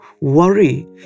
worry